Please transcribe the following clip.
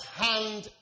hand